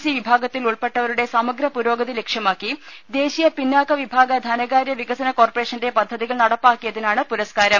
C വിഭാഗത്തിൽ ഉൾപ്പെട്ടവരുടെ സമഗ്ര പുരോഗതി ലക്ഷ്യമാക്കി ദേശീയ പിന്നാക്ക വിഭാഗ ധനകാര്യ വികസന കോർപറേഷന്റെ പദ്ധതികൾ നടപ്പാക്കിയതിനാണ് പുരസ്കാരം